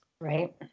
right